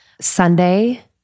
Sunday